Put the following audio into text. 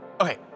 Okay